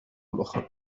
الأخرى